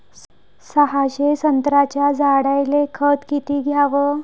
सहाशे संत्र्याच्या झाडायले खत किती घ्याव?